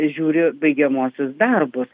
žiūriu baigiamuosius darbus